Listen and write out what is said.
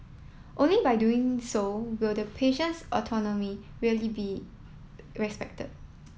only by doing so will the patient's autonomy really be respected